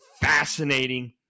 fascinating